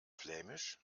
flämisch